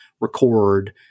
record